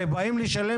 הרי באים לשלם